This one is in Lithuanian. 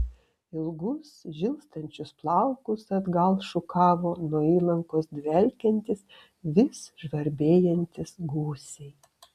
ilgus žilstančius plaukus atgal šukavo nuo įlankos dvelkiantys vis žvarbėjantys gūsiai